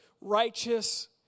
righteous